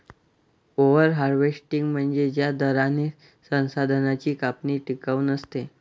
over harvesting म्हणजे ज्या दराने संसाधनांची कापणी टिकाऊ नसते